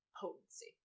potency